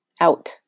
Out